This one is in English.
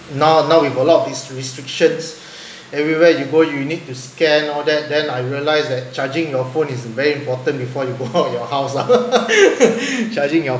now now with a lot of these restrictions everywhere you go you need to scan all that then I realised that charging your phone is very important before you go out of your house lah charging your